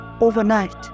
overnight